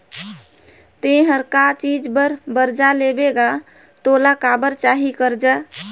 ते हर का चीच बर बरजा लेबे गा तोला काबर चाही करजा